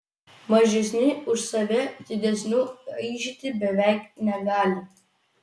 mažesni už save didesnių aižyti beveik negali